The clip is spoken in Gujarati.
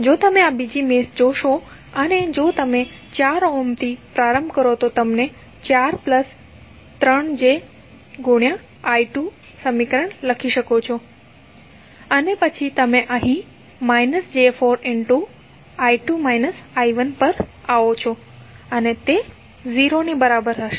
હવે જો તમે આ બીજી મેશ જોશો અને જો તમે 4 ઓહ્મથી પ્રારંભ કરો તો તમે 4 j3 I2 સમીકરણ લખી શકો છો અને પછી તમે અહીં −j4 પર આવો છો અને તે 0 ની બરાબર હશે